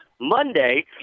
Monday